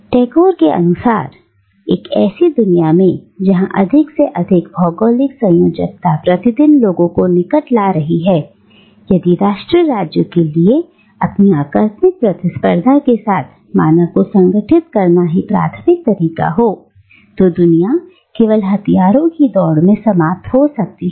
और टैगोर के अनुसार एक ऐसी दुनिया में जहां अधिक से अधिक भौगोलिक संयोजकता प्रतिदिन लोगों को निकट ला रही है यदि राष्ट्र राज्यों के लिए अपनी आक्रामक प्रतिस्पर्धा के साथ मानवता को संगठित करना ही प्राथमिक तरीका हो दुनिया केवल हथियारों की दौड़ में समाप्त हो सकती है